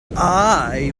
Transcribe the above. bali